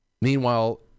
Meanwhile